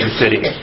city